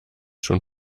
schon